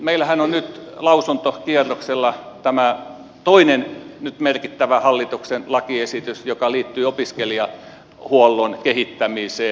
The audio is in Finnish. meillähän on nyt lausuntokierroksella tämä toinen merkittävä hallituksen lakiesitys joka liittyy opiskelijahuollon kehittämiseen